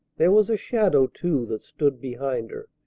there was a shadow, too, that stood behind her,